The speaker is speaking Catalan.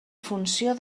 funció